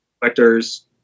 collectors